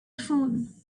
phone